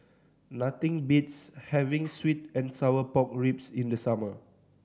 nothing beats having sweet and sour pork ribs in the summer